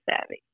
savvy